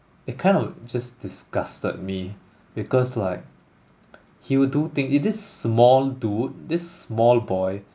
it kind of just disgusted me because like he would do thing this small dude this small boy